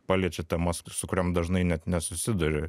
paliečia temas su kuriom dažnai net nesusiduri